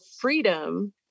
freedom